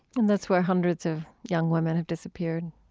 and that's where hundreds of young women have disappeared,